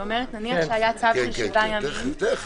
היא אומרת: נניח שהיה צו של שבעה ימים